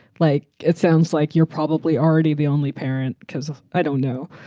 like it sounds like you're probably already the only parent. because i don't know.